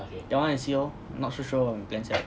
that one I see lor not so sure leh depends leh